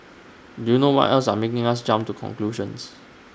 do you know what else are making us jump to conclusions